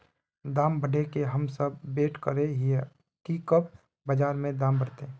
दाम बढ़े के हम सब वैट करे हिये की कब बाजार में दाम बढ़ते?